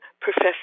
Professor